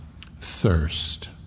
thirst